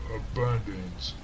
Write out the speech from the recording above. abundance